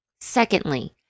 Secondly